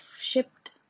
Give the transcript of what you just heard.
shipped